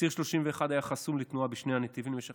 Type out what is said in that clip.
ציר 31 היה חסום לתנועה בשני הנתיבים במשך